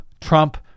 Trump